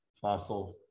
fossil